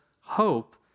hope